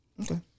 Okay